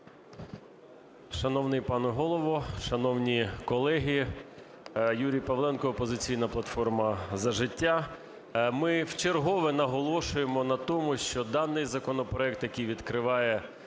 Шановний пане Голово, шановні колеги! Юрій Павленко, "Опозиційна платформа - За життя". Ми вчергове наголошуємо на тому, що даний законопроект, який відкриває